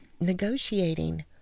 negotiating